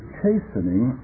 chastening